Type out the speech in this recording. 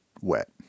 wet